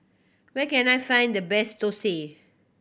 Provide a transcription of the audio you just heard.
where can I find the best thosai